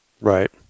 right